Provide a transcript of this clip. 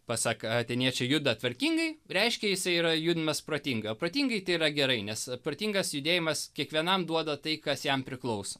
pasak atėniečių juda tvarkingai reiškia jisai yra judinamas protingai o protingai tai yra gerai nes a protingas judėjimas kiekvienam duoda tai kas jam priklauso